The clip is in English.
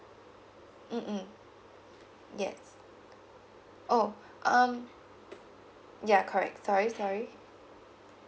mm mm yes oh um ya correct sorry sorry